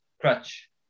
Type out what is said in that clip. crutch